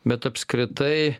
bet apskritai